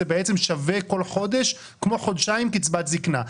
בעצם כל חודש שווה כמו חודשיים קצבת זקנה.